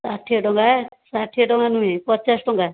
ଷାଠିଏ ଟଙ୍କା ଷାଠିଏ ଟଙ୍କା ନୁହେଁ ପଚାଶ ଟଙ୍କା